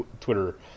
Twitter